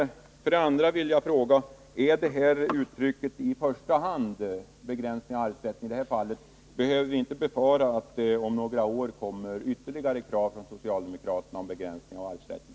Jag vill också fråga: Innebär uttrycket ”i första hand” att vi måste befara att det inom några år framförs ytterligare krav från socialdemokraterna på begränsning av arvsrätten?